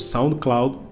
SoundCloud